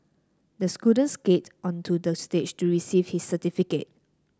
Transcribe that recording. the skated onto the stage to receive his certificate